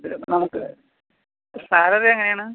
ഇതില് നമുക്ക് സാലറി എങ്ങനെയാണ്